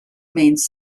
means